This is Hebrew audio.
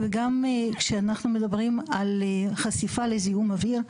וגם כשאנחנו מדברים על חשיפה לזיהום אוויר,